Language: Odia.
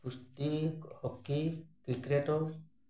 କୁସ୍ତି ହକି କ୍ରିକେଟ